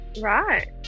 right